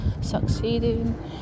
succeeding